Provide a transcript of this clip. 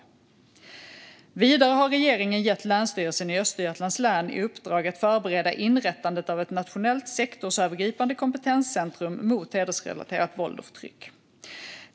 Vidare har regeringen gett Länsstyrelsen i Östergötlands län i uppdrag att förbereda inrättandet av ett nationellt sektorsövergripande kompetenscentrum mot hedersrelaterat våld och förtryck.